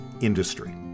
industry